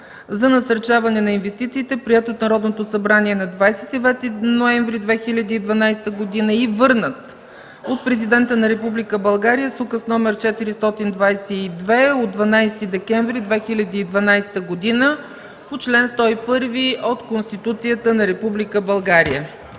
за насърчаване на инвестициите, приет от Народното събрание на 29 ноември 2012 г., и върнат от Президента на републиката с Указ № 422 от 12 декември 2012 г. по чл. 101 от Конституцията на